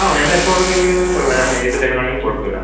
അതെ മാംമിന് എപ്പോൽ വേണമെങ്കിലും വരാം ഏതു ടൈമിലാണെങ്കിലും കുഴപ്പമില്ല